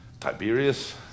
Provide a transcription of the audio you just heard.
Tiberius